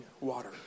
water